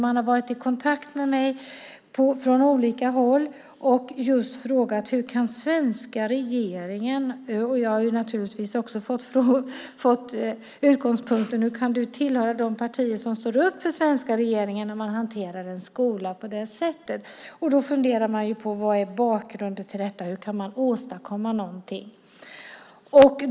Man har varit i kontakt med mig från olika håll, och jag har naturligtvis fått frågan hur jag kan tillhöra ett parti som står upp för den svenska regeringen när man hanterar en skola på detta sätt. Vad är bakgrunden till detta och hur kan man åstadkomma någonting?